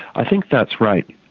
i think that's right.